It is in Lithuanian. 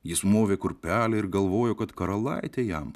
jis movė kurpelę ir galvojo kad karalaitė jam